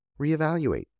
reevaluate